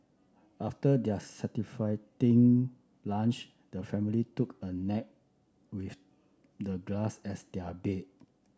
after their satisfy lunch the family took a nap with the grass as their bed